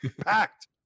packed